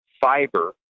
fiber